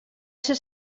ser